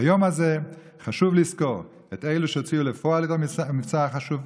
ביום הזה חשוב לזכור את אלה שהוציאו לפועל את המבצע החשוב,